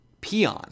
peon